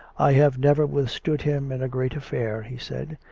i have never withstood him in a great affair, he said.